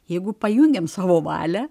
jeigu pajungiame savo valią